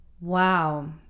Wow